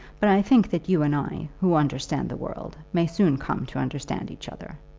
but i think that you and i, who understand the world, may soon come to understand each other.